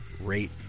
rate